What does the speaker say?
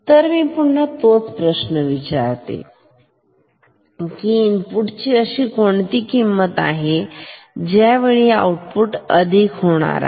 तर मी पुन्हा तेच प्रश्न विचारू शकतो की इनपुटची अशी कोणती किंमत आहे ज्यावेळी आउटपुट अधिक होईल